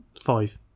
five